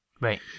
Right